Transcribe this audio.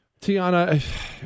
Tiana